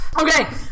Okay